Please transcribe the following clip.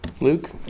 Luke